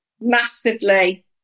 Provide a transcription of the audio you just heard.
Massively